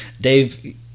Dave